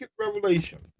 Revelation